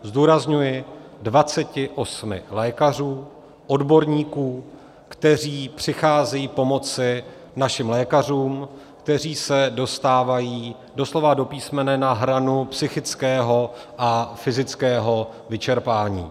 Zdůrazňuji 28 lékařů, odborníků, kteří přicházejí pomoci našim lékařům, kteří se dostávají doslova a do písmene na hranu psychického a fyzického vyčerpání.